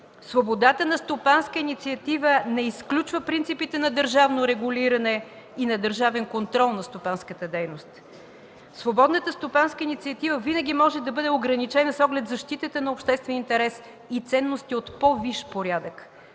Свободата на стопанска инициатива не изключва принципите на държавно регулиране и на държавен контрол на стопанската дейност. Свободната стопанска инициатива винаги може да бъде ограничена с оглед защитата на обществения интерес и ценности от по-висш порядък,